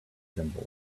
symbol